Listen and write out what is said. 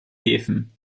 häfen